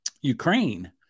Ukraine